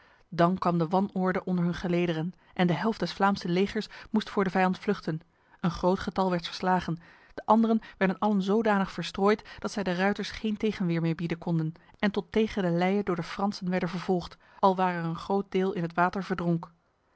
dan kwam de wanorde onder hun gelederen en de helft des vlaamsen legers moest voor de vijand vluchten een groot getal werd verslagen de anderen werden allen zodanig verstrooid dat zij de ruiters geen tegenweer meer bieden konden en tot tegen de leie door de fransen werden vervolgd alwaar er een groot deel in het water verdronk